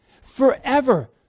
forever